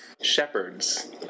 shepherds